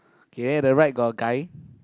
okay the right got a guy